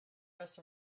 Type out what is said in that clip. rest